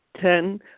Ten